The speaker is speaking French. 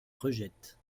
rejette